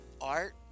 art